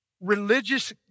Religious